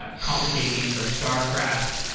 ah complicated games like starcraft,